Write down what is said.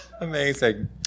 Amazing